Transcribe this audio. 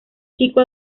chico